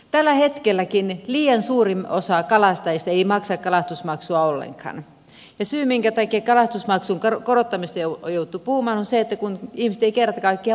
tällä hetkelläkin liian suuri osa kalastajista ei maksa kalastusmaksua ollenkaan ja syy minkä takia kalastusmaksun korottamisesta on jouduttu puhumaan on se kun ihmiset eivät kerta kaikkiaan maksa kalastusmaksua